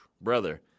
brother